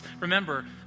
Remember